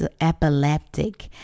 epileptic